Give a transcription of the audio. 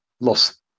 lost